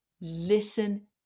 Listen